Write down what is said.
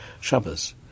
Shabbos